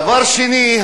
דבר שני,